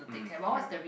mm correct